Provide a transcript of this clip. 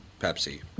Pepsi